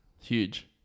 Huge